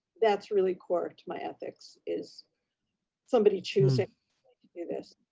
that's really core to my ethics is somebody choosing to do this.